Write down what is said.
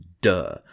duh